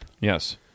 Yes